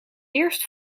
eerst